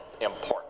important